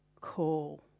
call